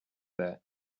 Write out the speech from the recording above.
that